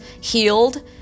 healed